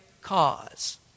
cause